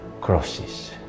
crosses